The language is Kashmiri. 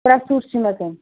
ترٛےٚ سوٗٹ چھِ مےٚ تِم